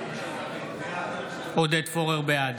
בעד